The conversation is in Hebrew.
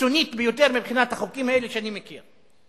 הקיצונית ביותר מבחינת החוקים האלה שאני מכיר.